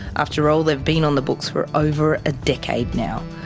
after all, they've been on the books for over a decade now.